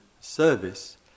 service